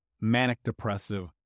manic-depressive